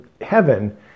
heaven